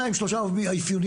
מה זאת אומרת נציג אחר?